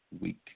week